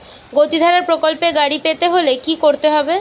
গতিধারা প্রকল্পে গাড়ি পেতে হলে কি করতে হবে?